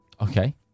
Okay